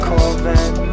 Corvette